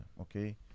Okay